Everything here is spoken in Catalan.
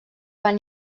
van